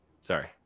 sorry